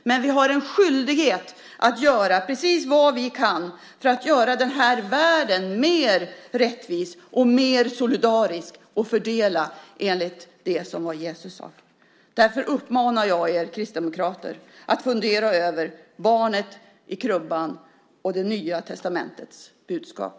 Men vi har en skyldighet att göra precis vad vi kan för att göra den här världen mer rättvis, mer solidarisk och fördela enligt det som Jesus sade. Därför uppmanar jag er kristdemokrater att fundera över barnet i krubban och Nya testamentets budskap.